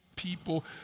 people